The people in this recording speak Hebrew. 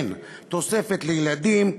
כן, תוספת לילדים.